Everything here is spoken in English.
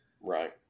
right